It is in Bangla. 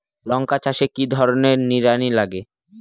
লঙ্কা চাষে কি ধরনের নিড়ানি লাগে?